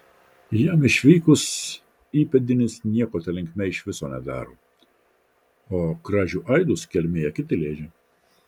jam išvykus įpėdinis nieko ta linkme iš viso nedaro o kražių aidus kelmėje kiti leidžia